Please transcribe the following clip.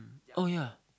oh ya